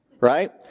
right